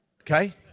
Okay